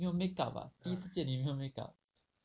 没有 makeup ah 第一次见你没有 makeup ah